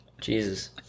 Jesus